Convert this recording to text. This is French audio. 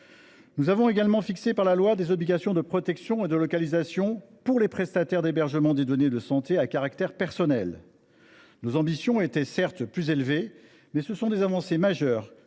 Nous avons également fixé des obligations de protection et de localisation pour les prestataires d’hébergement des données de santé à caractère personnel. Nos ambitions étaient certes plus grandes, mais ce sont là des avancées majeures,